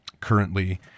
currently